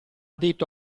detto